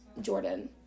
Jordan